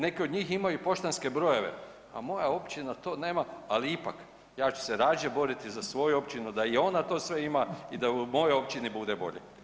Neke od njih imaju i poštanske brojeve, a moja općina to nema, ali ipak ja ću se radije boriti za svoju općinu da i onda to sve ima i da u mojoj općini bude bolje.